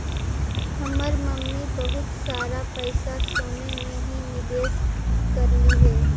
हमर मम्मी बहुत सारा पैसा सोने में ही निवेश करलई हे